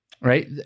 Right